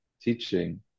teaching